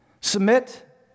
Submit